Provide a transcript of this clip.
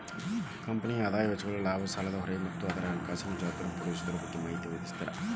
ಕಂಪನಿಯ ಆದಾಯ ವೆಚ್ಚಗಳ ಲಾಭ ಸಾಲದ ಹೊರೆ ಮತ್ತ ಅದರ ಹಣಕಾಸಿನ ಜವಾಬ್ದಾರಿಯನ್ನ ಪೂರೈಸೊದರ ಬಗ್ಗೆ ಮಾಹಿತಿ ಒದಗಿಸ್ತದ